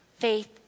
Faith